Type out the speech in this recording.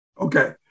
Okay